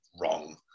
wrong